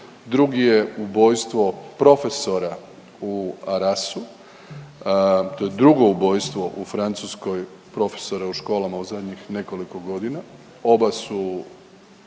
drugi je ubojstvo profesora u Arrasu, to je drugo ubojstvo u Francuskoj, profesora u školama u zadnjih nekoliko godina.